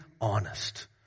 honest